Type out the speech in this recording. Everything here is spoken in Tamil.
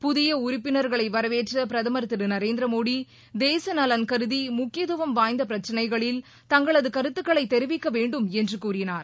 புதிய உறுப்பினர்களை வரவேற்ற பிரதமர் திரு நரேந்திரமோடி தேச நலன் கருதி முக்கியத்துவம் வாய்ந்த பிரச்சனைகளில் தங்களது கருத்துக்களை தெரிவிக்க வேண்டும் என்று கூறினார்